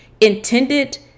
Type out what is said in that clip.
intended